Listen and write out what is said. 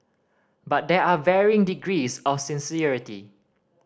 but there are varying degrees of sincerity